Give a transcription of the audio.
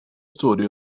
story